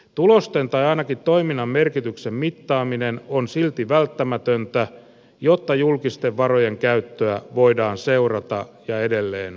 tulosten tai ainakin toiminnan merkityksen mittaaminen on silti välttämätöntä jotta julkisten varojen käyttöä voidaan seurata ja edelleen tehostaa